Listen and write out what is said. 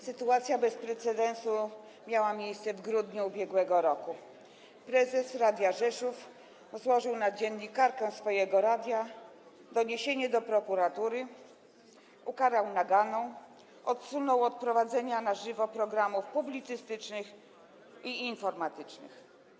Sytuacja bez precedensu miała miejsce w grudniu ub.r.: prezes Radia Rzeszów złożył na dziennikarkę swojego radia doniesienie do prokuratury, ukarał naganą, odsunął od prowadzenia na żywo programów publicystycznych i informacyjnych.